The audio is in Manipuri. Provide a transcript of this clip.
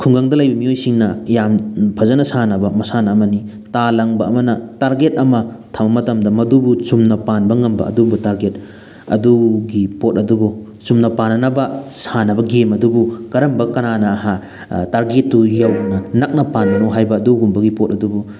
ꯈꯨꯡꯒꯪꯗ ꯂꯩꯕ ꯃꯤꯑꯣꯏꯁꯤꯡꯅ ꯌꯥꯝ ꯐꯖꯅ ꯁꯥꯟꯅꯕ ꯃꯁꯥꯟꯅ ꯑꯃꯅꯤ ꯇꯥ ꯂꯪꯕ ꯑꯃꯅ ꯇꯥꯔꯒꯦꯠ ꯑꯃ ꯊꯝꯕ ꯃꯇꯝꯗ ꯃꯗꯨꯕꯨ ꯆꯨꯝꯅ ꯄꯥꯟꯕ ꯉꯝꯕ ꯑꯗꯨꯝꯕ ꯇꯥꯔꯒꯦꯠ ꯑꯗꯨꯒꯤ ꯄꯣꯠ ꯑꯗꯨꯕꯨ ꯆꯨꯝꯅ ꯄꯥꯟꯅꯅꯕ ꯁꯥꯟꯅꯕ ꯒꯦꯝ ꯑꯗꯨꯕꯨ ꯀꯔꯝꯕ ꯀꯅꯥꯅ ꯇꯥꯔꯒꯦꯠꯇꯨ ꯌꯧꯅ ꯅꯛꯅ ꯄꯥꯟꯕꯅꯣ ꯍꯥꯏꯕꯗꯨ ꯑꯗꯨꯒꯨꯝꯕꯒꯤ ꯄꯣꯠ ꯑꯗꯨꯕꯨ